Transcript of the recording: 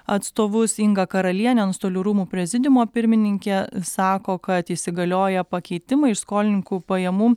atstovus inga karalienė antstolių rūmų prezidiumo pirmininkė sako kad įsigalioję pakeitimai iš skolininkų pajamų